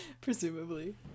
Presumably